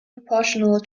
proportional